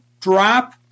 drop